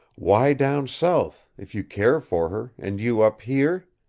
why down south if you care for her and you up here?